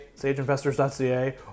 sageinvestors.ca